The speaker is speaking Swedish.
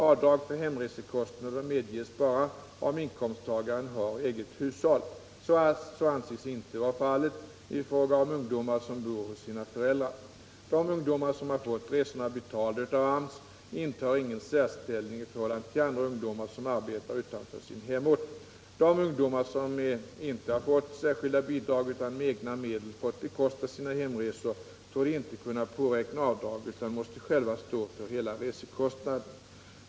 Avdrag för hemresekostnader medges bara om inkomsttagaren har eget hushåll. Så anses inte vara fallet i fråga om ungdomar som bor hos sina föräldrar. De ungdomar som fått resorna betalda av AMS intar ingen särställning i förhållande till andra ungdomar som arbetar utanför sin hemort. De ungdomar som inte fått särskilda bidrag utan med egna medel fått bekosta sina hemresor torde inte kunna påräkna avdrag utan måste själva stå för hela resekostnaden.